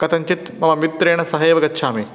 कथञ्चित् मम मित्रेण सह एव गच्छामि